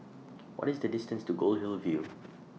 What IS The distance to Goldhill View